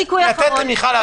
לתת למיכל להשלים.